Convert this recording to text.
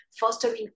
fostering